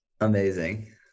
Amazing